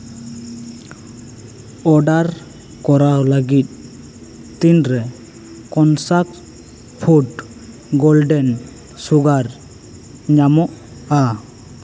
order ᱠᱚᱨᱟᱣ ᱞᱟᱹᱜᱤᱫ ᱛᱤᱱᱨᱮ ᱠᱚᱱᱥᱟᱠ ᱯᱷᱩᱰ ᱜᱳᱞᱰᱮᱱ ᱥᱩᱜᱟᱨ ᱧᱟᱢᱚᱜᱼᱟ